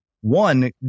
one